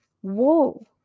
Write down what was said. Whoa